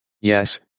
Yes